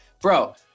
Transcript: bro